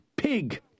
PIG